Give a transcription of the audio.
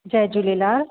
Jay Jhulelal